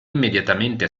immediatamente